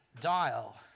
dial